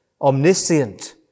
omniscient